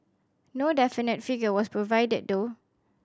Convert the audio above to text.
no definite figure was provided though